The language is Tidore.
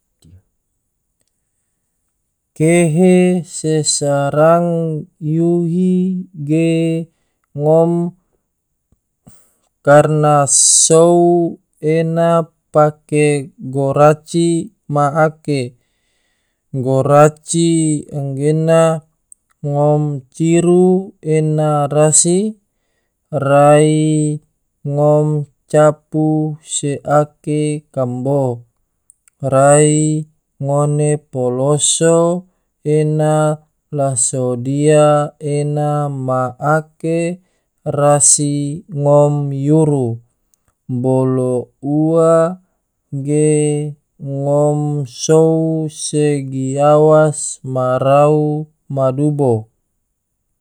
Kehe se srang yuhi ge ngom karena sou ena pake guraci ma ake, guraci gena ngom ciru ena rasi rai ngom capu se ake kambo, rai ngone poloso ena la sodia ena ma ake rasi ngom yuru, bolo ua ge ngom sou se giawas ma rau ma dubo.